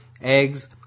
eggs